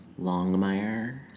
Longmire